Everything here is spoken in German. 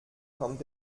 kommt